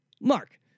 Mark